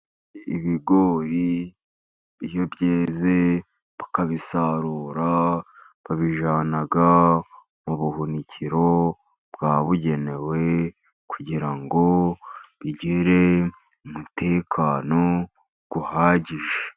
Ibigori iyo byeze bakabisarura ,babijyana mu buhunikiro bwabugenewe kugira ngo bigire umutekano uhagije.